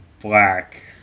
Black